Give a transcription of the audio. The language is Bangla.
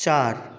চার